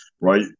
right